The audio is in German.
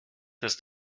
ist